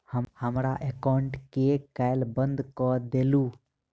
हमरा एकाउंट केँ केल बंद कऽ देलु?